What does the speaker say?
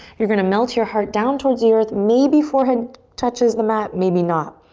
you're gonna melt your heart down towards the earth. maybe forehead touches the mat, maybe not.